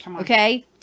okay